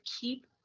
keep